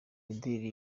mideli